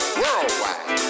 worldwide